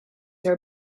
are